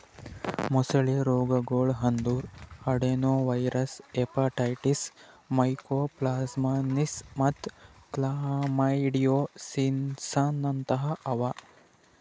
ಮೊಸಳೆ ರೋಗಗೊಳ್ ಅಂದುರ್ ಅಡೆನೊವೈರಲ್ ಹೆಪಟೈಟಿಸ್, ಮೈಕೋಪ್ಲಾಸ್ಮಾಸಿಸ್ ಮತ್ತ್ ಕ್ಲಮೈಡಿಯೋಸಿಸ್ನಂತಹ ಅವಾ